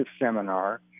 seminar